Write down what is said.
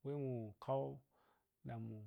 sai mu khau dan mu.